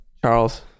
Charles